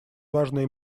важные